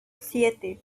siete